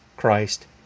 Christ